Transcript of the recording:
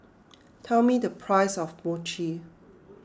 tell me the price of Mochi